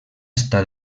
està